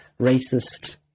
racist